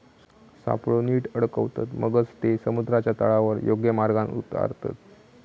सापळो नीट अडकवतत, मगच ते समुद्राच्या तळावर योग्य मार्गान उतारतत